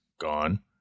gone